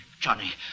Johnny